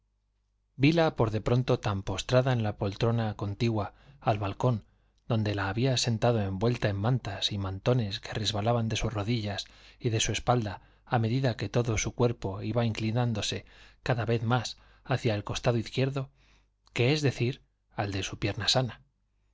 vila por de pronto tan postrada en la pol que sentí al balcón donde la habían sentado trona contigua de que resbalaban sus envuelta en mantas y mantones rodillas y de á medida que todo su cuerpo su espalda cada más hacia el costado iba inclinándose vez la izquierdo que es decir al de su pierna sana